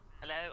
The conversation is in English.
Hello